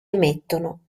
emettono